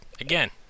Again